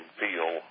feel